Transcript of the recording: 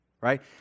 right